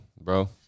Bro